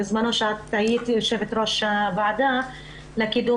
בזמנו כשהיית יושבת-ראש הוועדה לקידום